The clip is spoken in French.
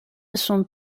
sont